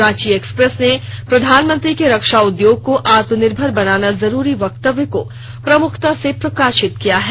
Ranchi Express ने प्रधानमंत्री के रक्षा उद्योग को आत्मनिर्भर बनाना जरूरी वक्तवय को प्रमुखता से प्रकाशित किया है